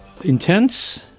intense